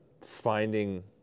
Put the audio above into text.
finding